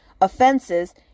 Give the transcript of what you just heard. offenses